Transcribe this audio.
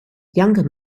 younger